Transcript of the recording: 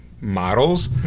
models